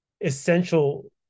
essential